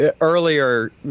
earlier